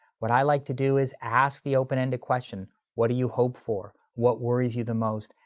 what i like to do is ask the open ended question, what do you hope for? what worries you the most?